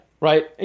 right